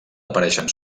apareixen